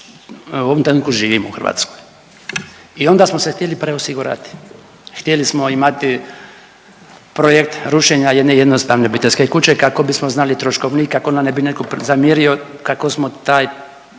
u ovom trenutku živimo u Hrvatskoj i onda smo se htjeli preosigurati, htjeli smo imati projekt rušenja jedne jednostavne obiteljske kuće, kako bismo znali troškovnik, kako nam ne bi netko zamjerio kako smo taj,